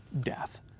death